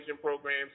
programs